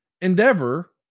Endeavor